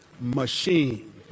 machine